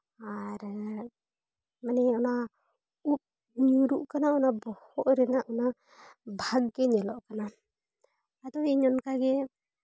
ᱟᱨ ᱢᱟᱱᱮ ᱚᱱᱟ ᱩᱵ ᱧᱩᱨᱩᱜ ᱠᱟᱱᱟ ᱚᱱᱟ ᱵᱚᱦᱚᱜ ᱨᱮᱱᱟᱜ ᱚᱱᱟ ᱵᱷᱟᱜᱽ ᱜᱮ ᱧᱮᱞᱚᱜ ᱠᱟᱱᱟ ᱟᱫᱚ ᱤᱧ ᱚᱱᱠᱟ ᱜᱮ